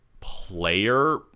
player